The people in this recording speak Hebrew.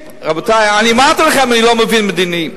רבותי, אני אמרתי לך, אני לא מבין מדיני.